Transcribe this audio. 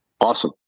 Awesome